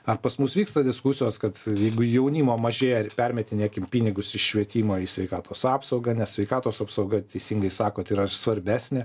ar pas mus vyksta diskusijos kad jeigu jaunimo mažėja permetinėkim pinigus iš švietimo į sveikatos apsaugą nes sveikatos apsauga teisingai sakot yra svarbesnė